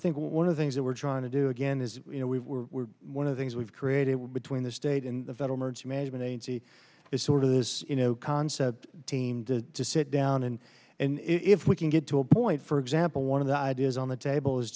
think one of the things that we're trying to do again is you know we were one of the things we've created between the state and the federal merged management agency is sort of this you know concept team to sit down and and if we can get to a point for example one the ideas on the table is